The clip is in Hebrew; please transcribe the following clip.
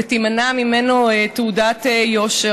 ותימנע ממנו תעודת יושר.